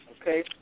Okay